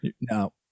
No